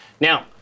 Now